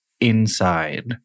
inside